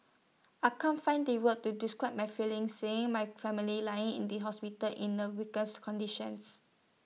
I can't find the words to describe my feelings seeing my family lying in the hospital in A weakened conditions